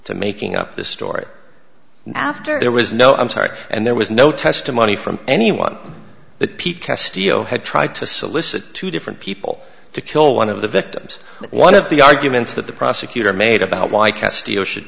to making up the story after there was no i'm sorry and there was no testimony from anyone that pete castillo had tried to solicit two different people to kill one of the victims but one of the arguments that the prosecutor made about why castillo should